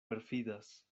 perfidas